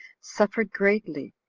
suffered greatly,